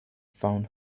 found